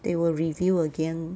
they will review again